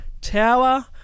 Tower